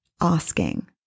asking